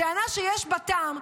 טענה שיש בה טעם,